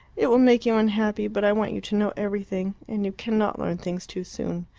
it will make you unhappy, but i want you to know everything, and you cannot learn things too soon.